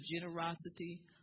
generosity